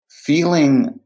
feeling